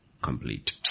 Complete